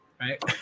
right